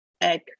egg